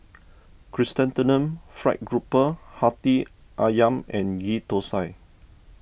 Chrysanthemum Fried Grouper Hati Ayam and Ghee Thosai